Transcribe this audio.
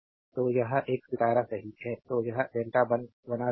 तो यह एक सितारा सही है तो यह डेल्टा बना रही है